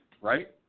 right